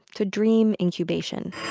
to dream incubation.